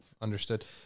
Understood